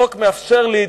החוק מאפשר לי,